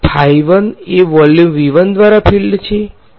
વિદ્યાર્થી phi 1 એ volume દ્વારા ફીલ્ડ છે